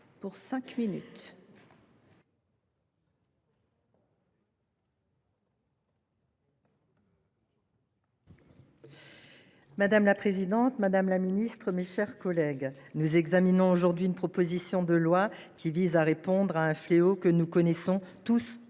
Madame la présidente, madame la secrétaire d’État, mes chers collègues, nous examinons aujourd’hui une proposition de loi qui vise à répondre à un fléau que nous connaissons tous trop